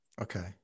Okay